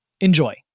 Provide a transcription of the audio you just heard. Enjoy